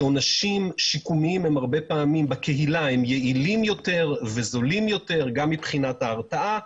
שעונשים שיקומיים בקהילה הם יעילים יותר וזלים יותר גם מבחינת ההרתעה.